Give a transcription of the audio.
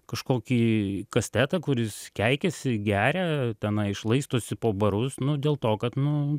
kažkokį kastetą kuris keikiasi geria tenai šlaistosi po barus nu dėl to kad nu